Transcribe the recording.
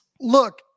Look